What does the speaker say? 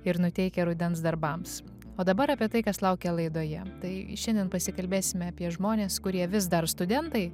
ir nuteikia rudens darbams o dabar apie tai kas laukia laidoje tai šiandien pasikalbėsime apie žmones kurie vis dar studentai